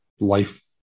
life